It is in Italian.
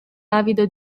avido